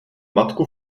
matku